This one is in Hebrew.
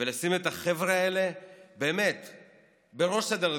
ולשים את החבר'ה האלה בראש סדר העדיפויות.